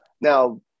now